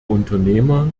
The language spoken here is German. unternehmer